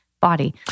body